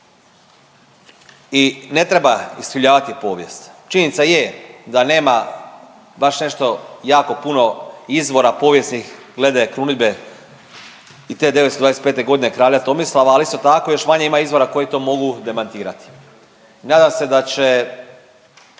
I ne treba iskrivljavati povijest. Činjenica je da nema baš nešto jako puno izvora povijesnih glede krunidbe i te 925. godine, kralja Tomislava ali isto tako još manje ima izvora koji to mogu demantirati. Nadam se da će